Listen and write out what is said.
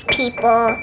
people